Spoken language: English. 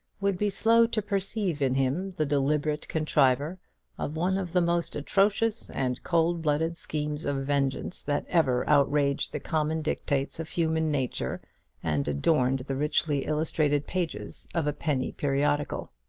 would be slow to perceive in him the deliberate contriver of one of the most atrocious and cold-blooded schemes of vengeance that ever outraged the common dictates of human nature and adorned the richly-illustrated pages of a penny periodical.